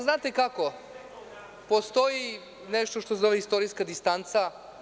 Znate kako, postoji nešto što se zove istorijska distanca.